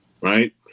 right